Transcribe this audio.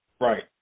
Right